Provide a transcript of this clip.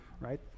right